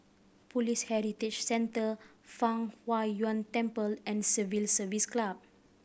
Police Heritage Centre Fang Huo Yuan Temple and Civil Service Club